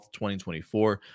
2024